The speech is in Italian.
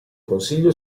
consiglio